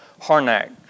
Harnack